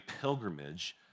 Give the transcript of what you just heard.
pilgrimage